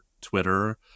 twitter